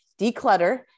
declutter